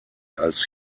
als